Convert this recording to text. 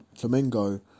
Flamengo